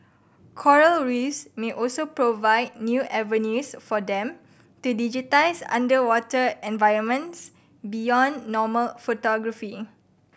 Coral Reefs may also provide new avenues for them to digitise underwater environments beyond normal photography